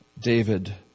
David